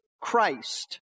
Christ